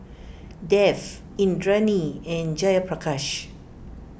Dev Indranee and Jayaprakash